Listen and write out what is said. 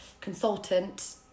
consultant